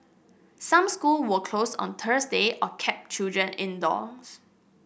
some school were closed on Thursday or kept children indoors